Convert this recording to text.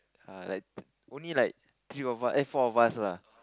err like only like three of us eh four of us lah